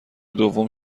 دوم